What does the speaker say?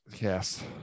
Yes